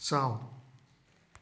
ꯆꯥꯎ